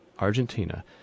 Argentina